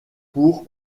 pour